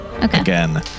again